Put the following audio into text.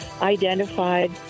identified